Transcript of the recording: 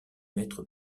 maîtres